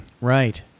Right